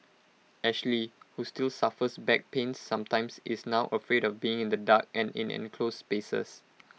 Ashley who still suffers back pains sometimes is now afraid of being in the dark and in enclosed spaces